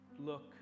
Look